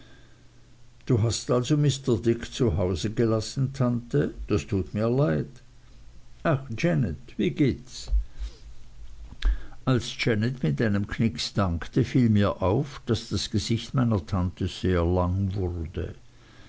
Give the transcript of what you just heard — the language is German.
du hast also mr dick zu hause gelassen tante das tut mir leid ach janet wie gehts als janet mit einem knix dankte fiel mir auf daß das gesicht meiner tante sehr lang wurde